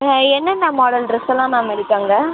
என்னென்ன மாடல் ட்ரெஸ்ஸெல்லாம் மேம் இருக்குது அங்கே